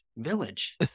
Village